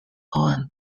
own